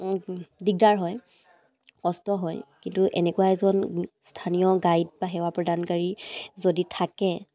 দিগদাৰ হয় কষ্ট হয় কিন্তু এনেকুৱা এজন স্থানীয় গাইড বা সেৱা প্ৰদানকাৰী যদি থাকে